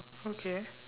okay